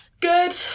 Good